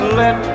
let